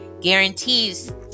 Guarantees